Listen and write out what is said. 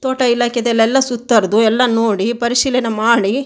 ತೋಟ ಇಲಾಖೆದಲ್ಲೆಲ್ಲ ಸುತ್ತರಿದು ಎಲ್ಲ ನೋಡಿ ಪರಿಶೀಲನೆ ಮಾಡಿ